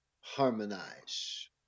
harmonize